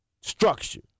structure